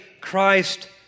Christ